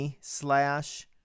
slash